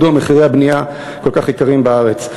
מדוע מחירי הבנייה כל כך גבוהים בארץ.